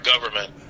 government